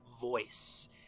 voice